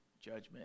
judgment